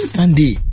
Sunday